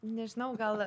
nežinau gal